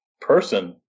person